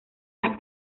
las